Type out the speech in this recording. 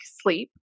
sleep